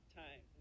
time